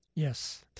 Yes